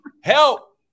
Help